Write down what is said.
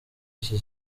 iki